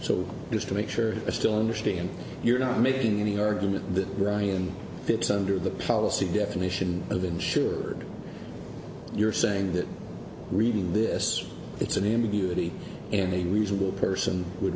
so just to make sure i still understand you're not making any argument that fits under the policy definition of insured and you're saying that reading this this it's an ambiguity and a reasonable person would